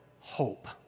hope